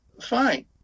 Fine